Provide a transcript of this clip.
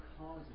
causes